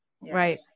Right